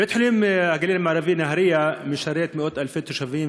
בית-חולים הגליל המערבי נהריה משרת מאות-אלפי תושבים,